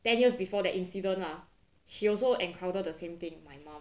ten years before the incident lah she also encountered the same thing my mom